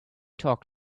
talk